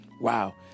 wow